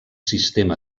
sistema